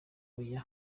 oya